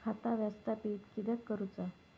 खाता व्यवस्थापित किद्यक करुचा?